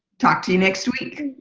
talk to you next week.